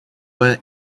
were